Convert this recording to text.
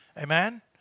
Amen